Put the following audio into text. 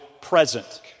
present